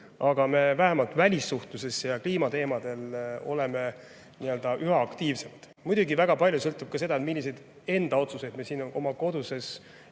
aga vähemalt välissuhtluses ja kliimateemadel oleme me üha aktiivsemad. Muidugi, väga palju sõltub ka sellest, milliseid enda otsuseid me siin oma koduses